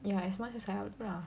yeah as much as I upload lah